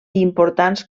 importants